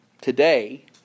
today